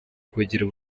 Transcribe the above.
kugira